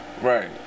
Right